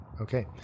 Okay